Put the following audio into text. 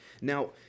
Now